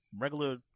regular